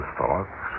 thoughts